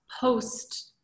post